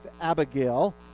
Abigail